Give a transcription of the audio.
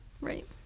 Right